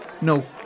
No